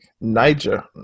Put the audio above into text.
Niger